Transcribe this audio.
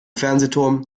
fernsehturm